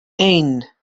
één